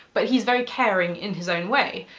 but he's very caring in his own way.